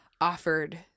offered